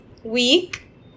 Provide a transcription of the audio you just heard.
week